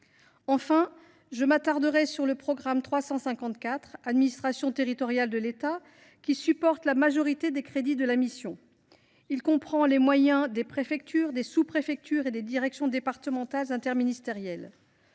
En troisième lieu, le programme 354 « Administration territoriale de l’État » supporte la majorité des crédits de la mission. Il comprend les moyens des préfectures, des sous préfectures et des directions départementales interministérielles.